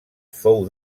fou